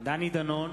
דני דנון